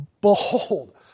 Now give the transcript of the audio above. Behold